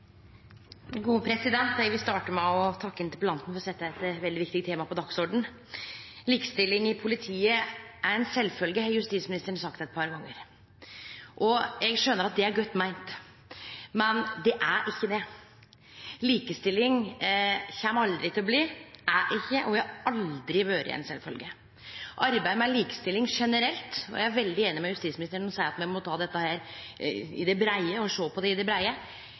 Eg vil starte med å takke interpellanten for å setje eit veldig viktig tema på dagsordenen. Likestilling i politiet er sjølvsagt, har justisministeren sagt eit par gonger – og eg skjønar at det er godt meint – men det er ikkje det. Likestilling kjem aldri til å bli, er ikkje og har aldri vore sjølvsagt. Arbeidet med likestilling generelt – og eg er veldig einig med justisministeren, som seier at me må ta dette i det breie, og sjå på det i det breie